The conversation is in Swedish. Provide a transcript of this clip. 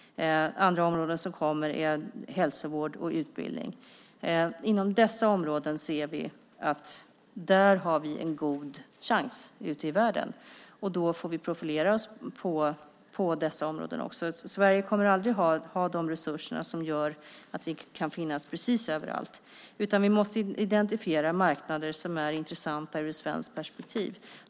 Andra områden som kommer är hälsovård och utbildning. Inom dessa områden ser vi att vi har en god chans ute i världen. Då får vi profilera oss på dessa områden. Sverige kommer aldrig att ha resurser som gör att vi kan finnas precis överallt, utan vi måste identifiera marknader som är intressanta ur ett svenskt perspektiv.